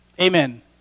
Amen